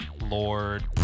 Lord